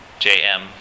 jm